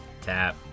tap